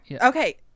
Okay